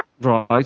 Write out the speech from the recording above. right